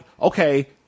okay